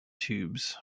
tubes